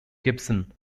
gibson